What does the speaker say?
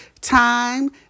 time